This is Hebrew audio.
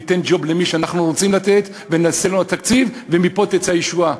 ניתן ג'וב למי שאנחנו רוצים לתת ונעשה לו תקציב ומפה תצא הישועה.